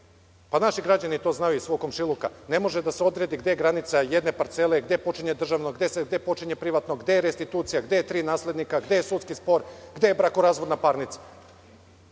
Naši građani to znaju iz svog komšiluka. Ne može da se odredi gde je granica jedne parcele, gde počinje državno, gde počinje privatno, gde je restitucija, gde je tri naslednika, gde je sudski spor, gde je brakorazvodna parnica. To